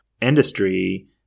industry